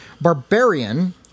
Barbarian